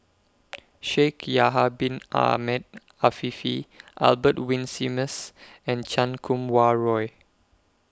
Shaikh Yahya Bin Ahmed Afifi Albert Winsemius and Chan Kum Wah Roy